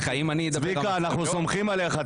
צביקה, אנחנו סומכים עליך.